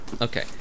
okay